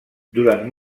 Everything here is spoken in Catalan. durant